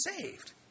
saved